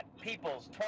Peoples